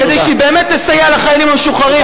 כדי שהיא באמת תסייע לחיילים המשוחררים,